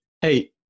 hey